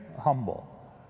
humble